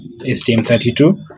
STM32